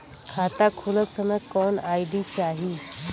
खाता खोलत समय कौन आई.डी चाही?